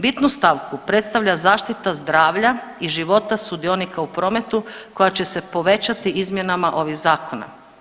Bitnu stavku predstavlja zaštita zdravlja i života sudionika u prometu koja će se povećati izmjenama ovih zakona.